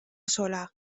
sola